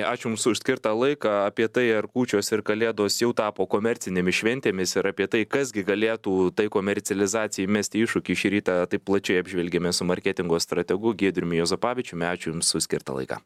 ačiū jums už skirtą laiką apie tai ar kūčios ir kalėdos jau tapo komercinėmis šventėmis ir apie tai kas gi galėtų tai komercializacijai mesti iššūkį šį rytą taip plačiai apžvelgėme su marketingo strategu giedriumi juozapavičiumi ačiū jums už skirtą laiką